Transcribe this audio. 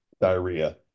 diarrhea